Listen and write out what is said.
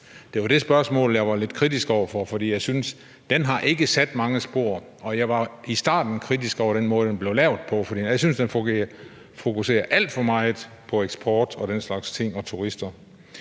Det var det, jeg var lidt kritisk over for, for jeg synes ikke, at den har sat sig mange spor. Og jeg var i starten kritisk over for den måde, den blev lavet på, for jeg syntes, den fokuserede alt for meget på eksport, turister